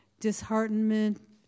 Disheartenment